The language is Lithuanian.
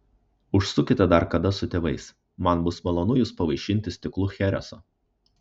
užsukite dar kada su tėvais man bus malonu jus pavaišinti stiklu chereso